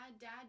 dad